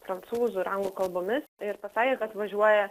prancūzų ir anglų kalbomis ir pasakė kad važiuoja